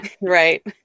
right